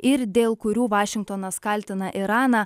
ir dėl kurių vašingtonas kaltina iraną